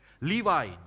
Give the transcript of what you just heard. Levi